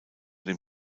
dem